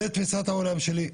זו תפיסת העולם שלי,